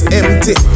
empty